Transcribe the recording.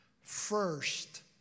First